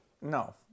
No